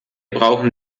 brauchen